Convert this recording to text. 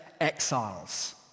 exiles